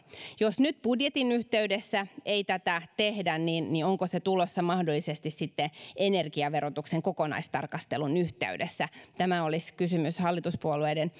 jos nyt budjetin yhteydessä ei tätä tehdä niin onko se tulossa mahdollisesti sitten energiaverotuksen kokonaistarkastelun yhteydessä tämä olisi kysymys hallituspuolueiden